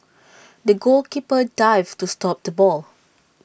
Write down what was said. the goalkeeper dived to stop the ball